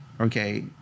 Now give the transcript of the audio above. okay